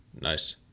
Nice